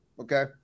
Okay